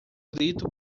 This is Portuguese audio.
grito